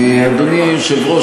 אדוני היושב-ראש,